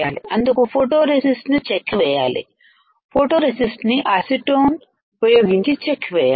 అందుకు photo resist ను చెక్కి వేయాలి ఫోటో రెసిస్ట్ ని అసిటోన్ ఉపయోగించి చెక్కి వేయాలి